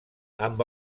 amb